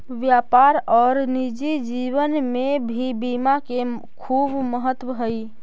व्यापार और निजी जीवन में भी बीमा के खूब महत्व हई